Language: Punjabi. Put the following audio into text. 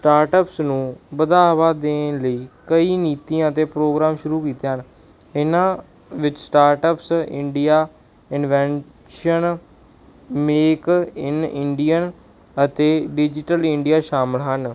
ਸਟਾਰਟਪਸ ਨੂੰ ਵਧਾਵਾ ਦੇਣ ਲਈ ਕਈ ਨੀਤੀਆਂ ਅਤੇ ਪ੍ਰੋਗਰਾਮ ਸ਼ੁਰੂ ਕੀਤੇ ਹਨ ਇਹਨਾਂ ਵਿੱਚ startups India invention make in Indian ਅਤੇ ਡਿਜੀਟਲ ਇੰਡੀਆ ਸ਼ਾਮਿਲ ਹਨ